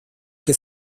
que